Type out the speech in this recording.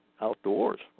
outdoors